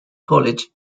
college